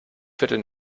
viertel